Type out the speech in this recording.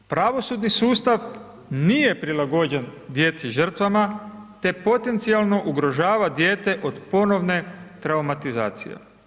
Pravosudni sustav nije prilagođen djeci žrtvama te potencijalno ugrožava dijete od ponovne traumatizacije.